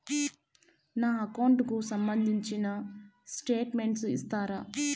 నా అకౌంట్ కు సంబంధించిన స్టేట్మెంట్స్ ఇస్తారా